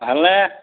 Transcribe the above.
ভালনে